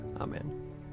Amen